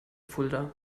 fulda